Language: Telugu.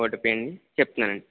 ఓటీపీ అండి చెప్తున్నాను అండి